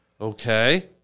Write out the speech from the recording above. Okay